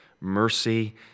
mercy